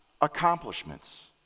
accomplishments